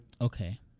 Okay